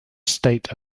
state